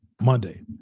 Monday